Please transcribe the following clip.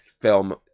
film